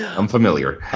ah i'm familiar.